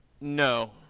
No